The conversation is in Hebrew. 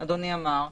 שאדוני אמר,